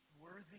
worthy